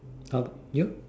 how about you